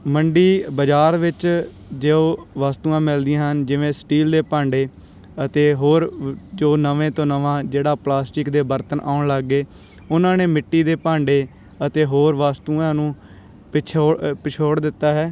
ਮੰਡੀ ਬਜ਼ਾਰ ਵਿੱਚ ਜੇ ਉਹ ਵਸਤੂਆਂ ਮਿਲਦੀਆਂ ਹਨ ਜਿਵੇਂ ਸਟੀਲ ਦੇ ਭਾਂਡੇ ਅਤੇ ਹੋਰ ਜੋ ਨਵੇਂ ਤੋਂ ਨਵਾਂ ਜਿਹੜਾ ਪਲਾਸਟਿਕ ਦੇ ਬਰਤਨ ਆਉਣ ਲੱਗ ਗਏ ਉਹਨਾਂ ਨੇ ਮਿੱਟੀ ਦੇ ਭਾਂਡੇ ਅਤੇ ਹੋਰ ਵਸਤੂਆਂ ਨੂੰ ਪਿਛੋ ਪਛਾੜ ਦਿੱਤਾ ਹੈ